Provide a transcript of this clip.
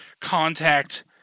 contact